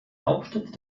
hauptstadt